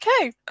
Okay